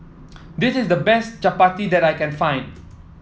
this is the best Chapati that I can find